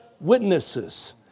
witnesses